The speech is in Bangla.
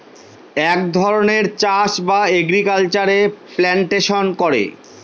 এক ধরনের চাষ বা এগ্রিকালচারে প্লান্টেশন করে